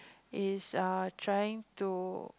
he's err trying to